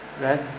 right